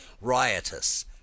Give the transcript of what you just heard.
Riotous